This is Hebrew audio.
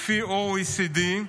לפי ה-OECD,